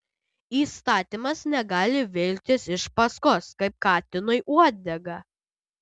įstatymas negali vilktis iš paskos kaip katinui uodega